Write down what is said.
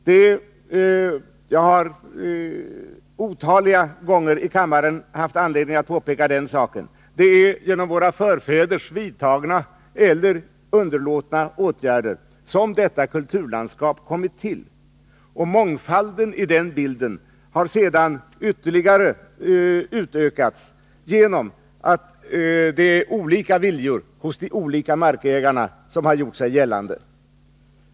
Det är — och jag har otaliga gånger haft anledning att påpeka den saken i kammaren — genom våra förfäders vidtagna eller underlåtna åtgärder som detta kulturlandskap kommit till, och mångfalden i den bilden har sedan ytterligare utökats genom att olika viljor hos olika markägare har gjort sig gällande.